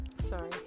sorry